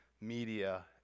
media